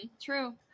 True